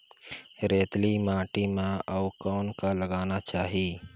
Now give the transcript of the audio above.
रेतीली माटी म अउ कौन का लगाना चाही?